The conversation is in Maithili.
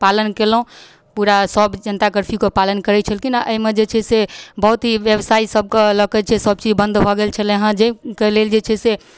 पालन केलहुँ पूरा सब जनता कर्फ्यूके पालन करै छलखिन आओर अइमे जे छै से बहुत ही व्यवसाय सबके लऽ के जे छै से सब चीज बन्द भऽ गेल छलै हँ जाहिके लेल जे से छै